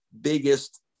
biggest